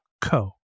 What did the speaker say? co